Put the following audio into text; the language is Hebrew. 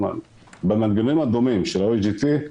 או במנגנונים הדומים של ה-OGT,